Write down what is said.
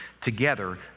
together